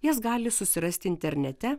jas gali susirasti internete